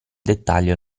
dettaglio